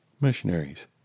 missionaries